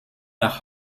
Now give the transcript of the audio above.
nach